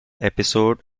episode